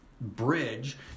bridge